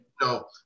no